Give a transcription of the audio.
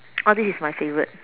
all these is my favourite